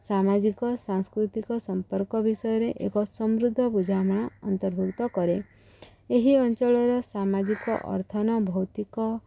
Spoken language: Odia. ସାମାଜିକ ସାଂସ୍କୃତିକ ସମ୍ପର୍କ ବିଷୟରେ ଏକ ସମୃଦ୍ଧ ବୁଝାମଣା ଅନ୍ତର୍ଭୁତ କରେ ଏହି ଅଞ୍ଚଳର ସାମାଜିକ ଅର୍ଥ ଭୌତିକ